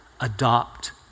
adopt